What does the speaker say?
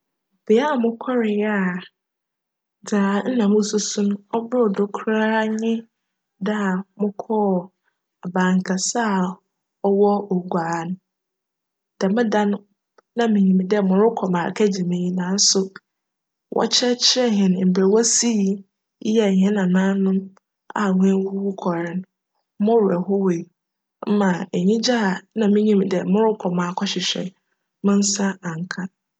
Bea mokcree a dza nna mususu no cbor do koraa nye da a mokcr Aban kjse a cwc Oguaa no. Djm da no nna minyim dj morokc m'akjgye m'enyi naaso wckyerjkyerj hjn mbrj wosii yjj hjn nananom a woewuwu kcr no, mo werj howee mma enyigye nna minyim dj morokc akchwehwj no, me nsa annka.